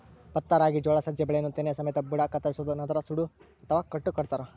ಭತ್ತ ರಾಗಿ ಜೋಳ ಸಜ್ಜೆ ಬೆಳೆಯನ್ನು ತೆನೆ ಸಮೇತ ಬುಡ ಕತ್ತರಿಸೋದು ನಂತರ ಸೂಡು ಅಥವಾ ಕಟ್ಟು ಕಟ್ಟುತಾರ